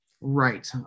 right